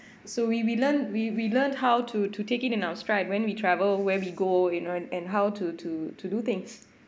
so we we learn we we learn how to to take it in our stride when we travel where we go you know and and how to to to do things